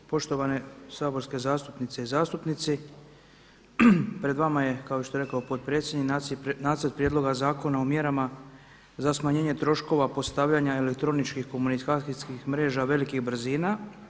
Poštovane saborske zastupnice i zastupnici pred vama je kao što je rekao potpredsjednik nacrt prijedloga Zakona o mjerama za smanjenje troškova postavljenih elektroničkih komunikacijskih mreža velikih brzina.